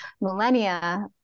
millennia